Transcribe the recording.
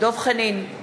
דב חנין,